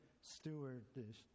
stewardship